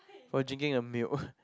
for drinking the milk